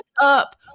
up